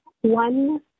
one